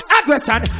Aggression